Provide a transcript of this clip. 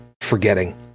forgetting